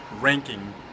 ranking